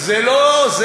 זה לא ירושלים.